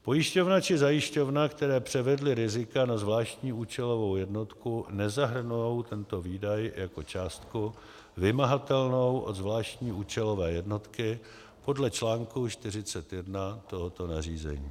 pojišťovna či zajišťovna, které převedly rizika na zvláštní účelovou jednotku, nezahrnou tento výdaj jako částku vymahatelnou od zvláštní účelové jednotky podle čl. 41 tohoto nařízení.